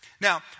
Now